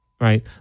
right